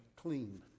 clean